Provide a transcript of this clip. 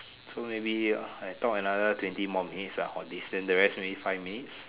so maybe I talk another twenty more minutes ah on this then maybe the rest five minutes